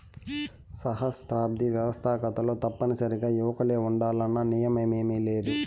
సహస్రాబ్ది వ్యవస్తాకతలో తప్పనిసరిగా యువకులే ఉండాలన్న నియమేమీలేదు